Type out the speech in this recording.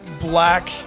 black